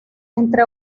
entre